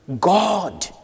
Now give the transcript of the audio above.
God